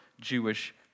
Jewish